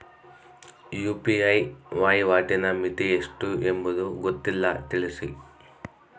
UPI ವಹಿವಾಟಿನ ಮಿತಿ ಎಷ್ಟು ಎಂಬುದು ಗೊತ್ತಿಲ್ಲ? ತಿಳಿಸಿ?